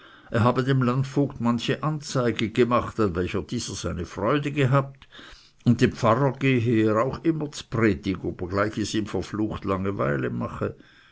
er habe dem landvogt manche anzeige gemacht an welcher dieser freude gehabt und dem pfarrer gehe er auch immer z'predig obgleich es ihm verflucht langeweile mache